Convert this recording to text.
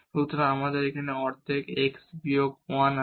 সুতরাং আমাদের এখানে হাফ x বিয়োগ 1 আছে